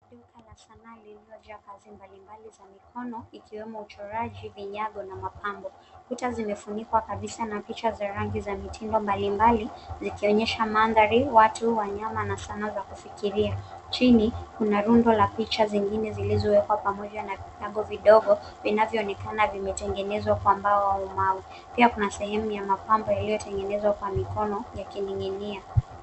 Duka la sanaa lililojaa kazi mbalimbali za mikono ikiwemo uchoraji vinyago na mapambo. Kuta zimefunikwa kabisa na picha za rangi za mitindo mbalimbali zikionyesha mandhari, watu, wanyama na sanaa la kufikiria. Chini kuna rundo la picha zingine zilizowekwa pamoja na vinyago vidogo vinavyoonekana vimetengenezwa kwa mbao au mawe. Pia kuna sehemu ya mapambo yaliyotengenezwa kwa mikono yakininginia.